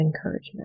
encouragement